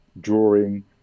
drawing